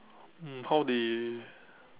um how they